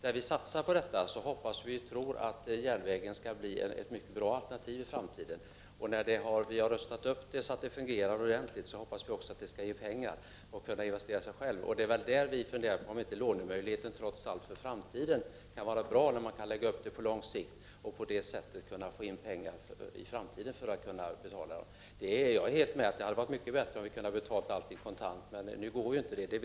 När vi satsar på detta hoppas och tror vi emellertid att järnvägen skall bli ett mycket bra alternativ i framtiden. När vi har rustat upp järnvägen så att den fungerar ordentligt, hoppas vi att den skall ge pengar och finansiera sig själv. Det är mot den bakgrunden vi funderar på om lånemöjligheten trots allt kan vara ett bra alternativ när man skall lägga upp det långsiktigt. På det sättet kan man få in pengar i framtiden för att kunna betala. Det hade dock varit mycket bättre om vi hade kunnat betala allt kontant. Nu går det emellertid inte.